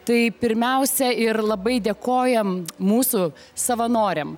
tai pirmiausia ir labai dėkojam mūsų savanoriam